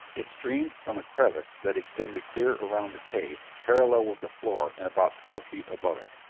it streamed from a crevice that extended clear around the cave parallel with the floor and about twelve feet above it.